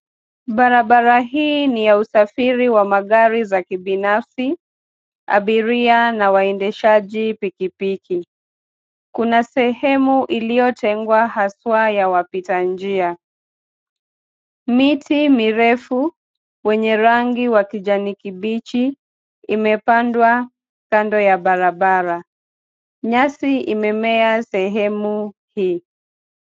Barabara hii ni ya usafiri wa magari ya kibinafsi, abiria na waendeshaji pikipiki. Kuna sehemu iliyotengwa haswa ya wapitanjia. Miti mirefu yenye rangi ya kijani kibichi imepandwa kando ya barabara. Nyasi imepandwa sehemu hii.